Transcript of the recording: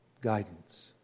guidance